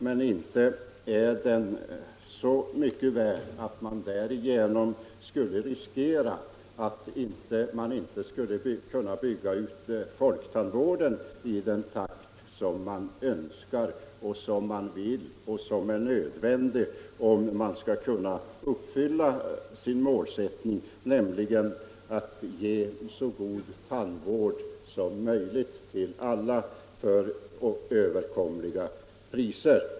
Men inte är den så mycket värd att man för den bör riskera att man inte skulle kunna bygga ut folktandvården i den takt som man önskar och som är nödvändig om man skall kunna uppfylla målsättningen, nämligen att ge så god tandvård som möjligt åt alla till överkomliga priser.